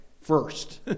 first